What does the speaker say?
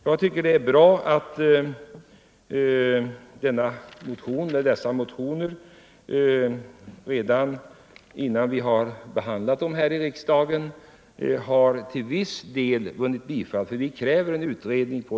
Jag tycker det är värdefullt att motionerna redan innan vi har behandlat dem här i riksdagen till viss del vunnit bifall, för vi kräver en utredning.